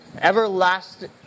Everlasting